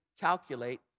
calculate